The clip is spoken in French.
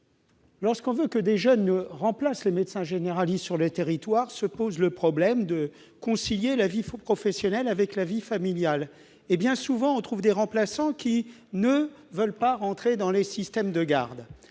Lorsque l'on veut que des jeunes remplacent les médecins généralistes sur le territoire, le problème se pose de la conciliation entre vie professionnelle et vie familiale. Bien souvent, on trouve des remplaçants qui ne veulent pas entrer dans les systèmes de garde.